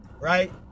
right